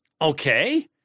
Okay